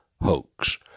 hoax